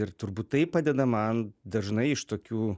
ir turbūt tai padeda man dažnai iš tokių